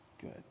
good